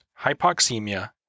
hypoxemia